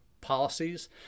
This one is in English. policies